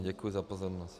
Děkuji za pozornost.